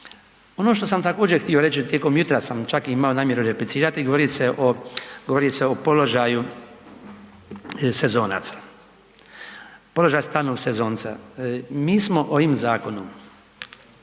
Ono što sam također htio reći, tijekom jutra sam čak imao namjeru replicirati, govori se o položaju sezonaca. Položaj stalnog sezonca. Mi smo ovim zakonom